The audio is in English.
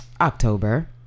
October